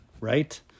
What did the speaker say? right